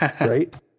right